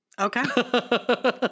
Okay